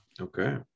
Okay